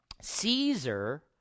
Caesar